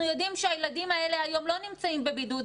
אנחנו יודעים שהילדים האלה היום לא נמצאים בבידוד.